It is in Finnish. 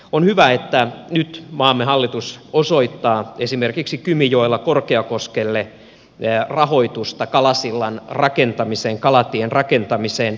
on hyvä että nyt maamme hallitus osoittaa esimerkiksi kymijoella korkeakoskelle rahoitusta kalatien rakentamiseen